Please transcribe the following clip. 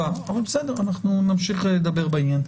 אנחנו נמשיך לדבר בעניין.